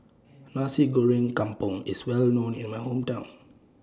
Nasi Goreng Kampung IS Well known in My Hometown